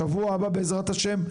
שבוע הבא בעזרת ה׳,